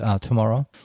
tomorrow